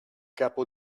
capo